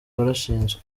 warashinzwe